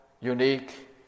unique